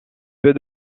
peu